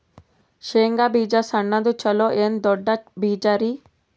ಶೇಂಗಾ ಬೀಜ ಸಣ್ಣದು ಚಲೋ ಏನ್ ದೊಡ್ಡ ಬೀಜರಿ?